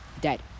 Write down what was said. dead